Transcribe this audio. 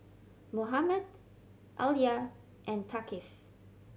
Muhammad Alya and Thaqif